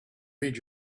read